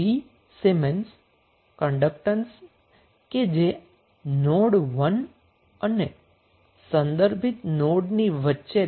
તેથી 3 siemens conductance node 1 અને reference નોડની વચ્ચે છે